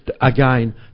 again